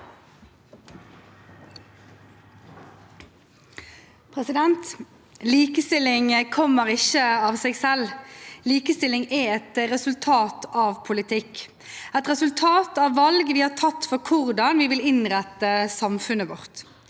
Likestilling kommer ikke av seg selv. Likestilling er et resultat av politikk – et resultat av valg vi har tatt for hvordan vi vil innrette samfunnet vårt.